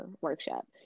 workshop